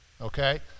Okay